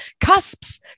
Cusps